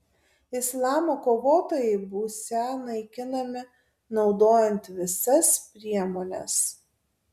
islamo kovotojai būsią naikinami naudojant visas priemones